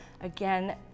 again